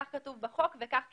כך כתוב בחוק - וכך קיימנו.